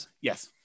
Yes